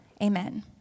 Amen